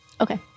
okay